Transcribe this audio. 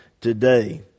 today